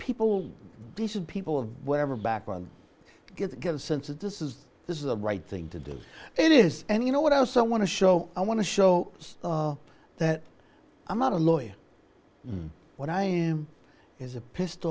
people decent people of whatever background get get a sense that this is this is the right thing to do it is and you know what else i want to show i want to show that i'm not a lawyer when i am is a pissed